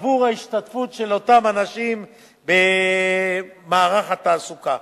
בעבור ההשתתפות של אותם אנשים במערך התעסוקה,